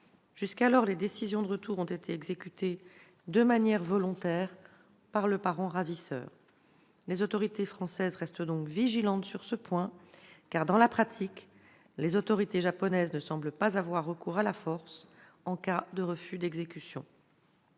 Jusqu'à présent, les décisions de retour ont été exécutées de manière volontaire par le parent ravisseur. Les autorités françaises restent donc vigilantes sur ce point, car, dans la pratique, les autorités japonaises ne semblent pas avoir recours à la force en cas de refus d'exécution.